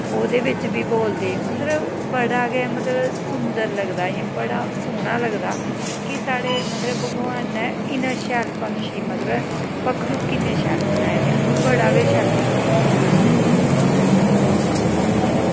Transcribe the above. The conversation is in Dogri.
ओह्दै बिच्च बी बोलदे मतलब बड़ा गै मतलब सुंदर लगदा इ'यां बड़ा सोह्ना लग्गदा कि साढ़े मतलब भगवान नै इन्ना शैल पंक्षी मतलब पक्खरू किन्ने शैल बनाए दे असेंगी बड़े गै शैल लगदा एह् चीज